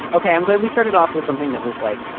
okay. i'm glad we started off with something that was like.